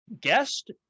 guest